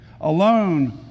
Alone